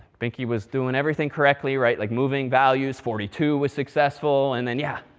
binky was doing everything correctly, right? like, moving values. forty two was successful. and then, yeah?